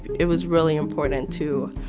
it was really important to